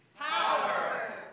power